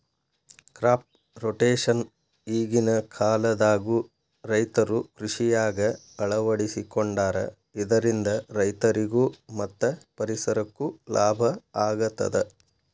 crop rotation ಈಗಿನ ಕಾಲದಾಗು ರೈತರು ಕೃಷಿಯಾಗ ಅಳವಡಿಸಿಕೊಂಡಾರ ಇದರಿಂದ ರೈತರಿಗೂ ಮತ್ತ ಪರಿಸರಕ್ಕೂ ಲಾಭ ಆಗತದ